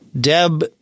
Deb